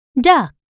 Duck